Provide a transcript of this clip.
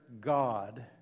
God